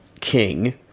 King